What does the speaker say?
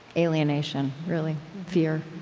alienation, really fear?